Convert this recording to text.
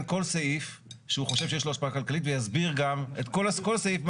אין כל סעיף שהוא חושב שיש לו השפעה כלכלית ויסביר גם את כל הסעיף,